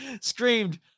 screamed